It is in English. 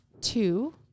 two